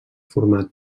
format